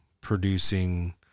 producing